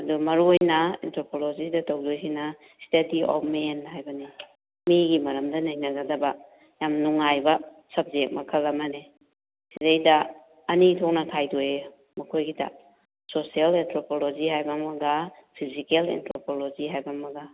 ꯑꯗꯨ ꯃꯔꯨ ꯑꯣꯏꯅ ꯑꯦꯟꯊ꯭ꯔꯣꯄꯣꯂꯣꯖꯤꯗ ꯇꯧꯗꯣꯏꯁꯤꯅ ꯏꯁꯇꯗꯤ ꯑꯣꯐ ꯃꯦꯟ ꯍꯥꯏꯕꯅꯤ ꯃꯤꯒꯤ ꯃꯔꯝꯗ ꯅꯩꯅꯒꯗꯕ ꯌꯥꯝ ꯅꯨꯡꯉꯥꯏꯕ ꯁꯕꯖꯦꯛ ꯃꯈꯜ ꯑꯃꯅꯤ ꯁꯤꯗꯩꯗ ꯑꯅꯤ ꯊꯣꯛꯅ ꯈꯥꯏꯗꯣꯛꯑꯦ ꯃꯈꯣꯏꯒꯤꯗ ꯁꯣꯁꯤꯌꯦꯜ ꯑꯦꯟꯊ꯭ꯔꯣꯄꯣꯂꯣꯖꯤ ꯍꯥꯏꯕ ꯑꯃꯒ ꯐꯤꯖꯤꯀꯦꯜ ꯑꯦꯟꯊ꯭ꯔꯣꯄꯣꯂꯣꯖꯤ ꯍꯥꯏꯕ ꯑꯃꯒ